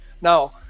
Now